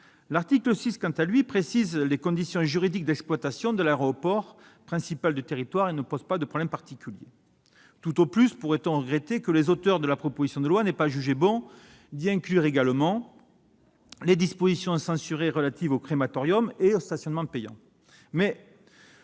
L'article 6, quant à lui, précise les conditions juridiques d'exploitation de l'aéroport principal du territoire et ne pose pas de problème particulier. Tout au plus pourrait-on regretter que les auteurs de la proposition de loi n'aient pas jugé bon d'y inclure également les dispositions censurées relatives aux crématoriums et au stationnement payant.